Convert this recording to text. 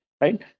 right